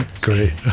Great